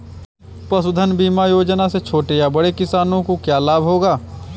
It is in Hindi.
पशुधन बीमा योजना से छोटे या बड़े किसानों को क्या लाभ होगा?